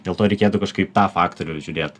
dėl to reikėtų kažkaip tą faktorių žiūrėt